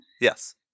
Yes